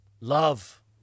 Love